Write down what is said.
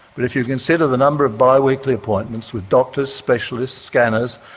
but if you consider the number of biweekly appointments with doctors, specialists, scanners,